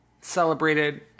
celebrated